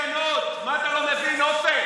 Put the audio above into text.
לא, שנהיה וולונטריים, לא, מה, אתה לא מבין, עופר?